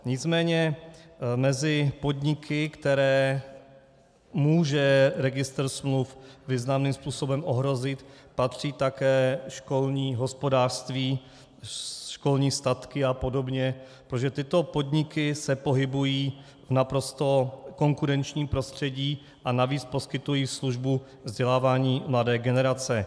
Nicméně mezi podniky, které může registr smluv významným způsobem ohrozit, patří také školní hospodářství, školní statky a podobně, protože tyto podniky se pohybují v naprosto konkurenčním prostředí a navíc poskytují službu vzdělávání mladé generace.